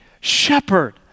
Shepherd